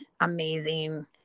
amazing